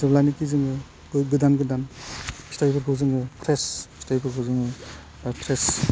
जेब्लानोखि जोङो बे गोदान गोदान फिथाइफोरखौ जोङो फ्रेस फिथाइफोरखौ जोङो बा फ्रेस